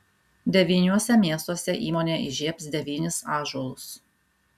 devyniuose miestuose įmonė įžiebs devynis ąžuolus